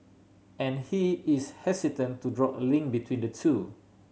and he is hesitant to draw a link between the two